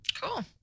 Cool